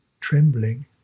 trembling